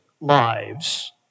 lives